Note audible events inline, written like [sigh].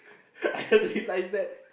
[laughs] I just realised that